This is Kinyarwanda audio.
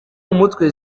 mumutwe